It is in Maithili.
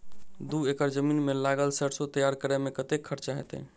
दू एकड़ जमीन मे लागल सैरसो तैयार करै मे कतेक खर्च हेतै?